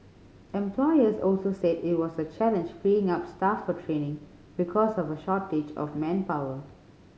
employers also said it was a challenge freeing up staff for training because of a shortage of manpower